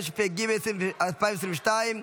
התשפ"ג 2022,